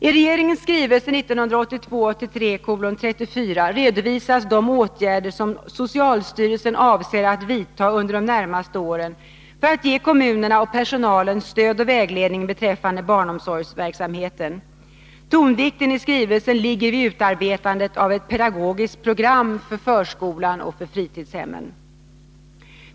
I regeringens skrivelse 1982/83:34 redovisas de åtgärder som socialstyrelsen avser att vidta under de närmaste åren för att ge kommunerna och personalen stöd och vägledning beträffande barnomsorgsverksamheten. Tonvikten i skrivelsen ligger vid utarbetandet av ett pedagogiskt program för förskolan och fritidshemmen.